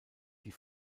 die